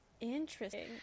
Interesting